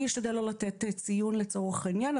אני אשתדל לא לתת ציון לצורך העניין,